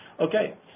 okay